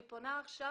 אני פונה עכשיו,